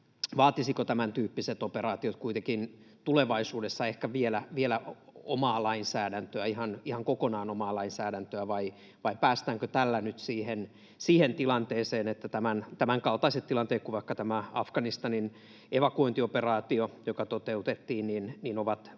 vaatisivatko tämäntyyppiset operaatiot kuitenkin tulevaisuudessa ehkä vielä omaa lainsäädäntöä, ihan kokonaan omaa lainsäädäntöä, vai päästäänkö tällä nyt siihen tilanteeseen, että tämänkaltaiset tilanteet kuin vaikka tämä Afganistanin evakuointioperaatio, joka toteutettiin, ovat